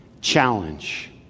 challenge